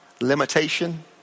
limitation